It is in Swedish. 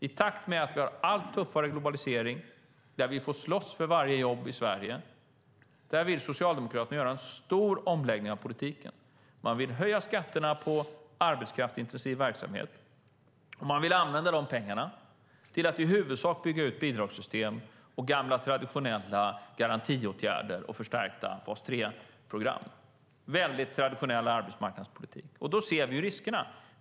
I takt med att vi har en allt tuffare globalisering, där vi får slåss för varje jobb i Sverige, vill Socialdemokraterna göra en stor omläggning av politiken. De vill höja skatterna på arbetskraftsintensiv verksamhet och använda pengarna till att i huvudsak bygga ut bidragssystem och gamla traditionella garantiåtgärder och förstärkta fas 3-program. Det är en mycket traditionell arbetsmarknadspolitik. Därmed ser vi riskerna.